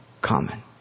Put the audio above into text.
common